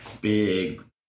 big